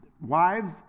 wives